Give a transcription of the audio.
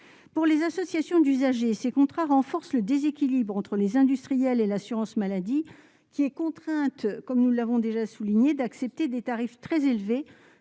pour les associations d'usagers, ces contrats renforce le déséquilibre entre les industriels et l'assurance maladie qui est contrainte comme nous l'avons déjà souligné, d'accepter des tarifs très élevés,